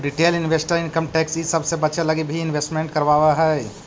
retail investor income tax इ सब से बचे लगी भी इन्वेस्टमेंट करवावऽ हई